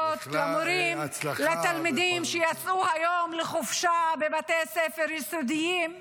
ולמורים ולתלמידים שיצאו היום לחופשה בבתי הספר היסודיים,